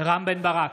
רם בן ברק,